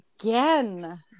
again